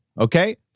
Okay